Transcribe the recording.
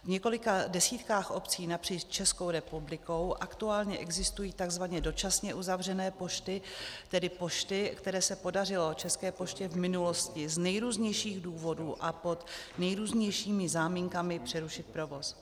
V několika desítkách obcí napříč Českou republikou aktuálně existují tzv. dočasně uzavřené pošty, tedy pošty, kde se podařilo České poště v minulosti z nejrůznějších důvodů a pod nejrůznějšími záminkami přerušit provoz.